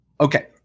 Okay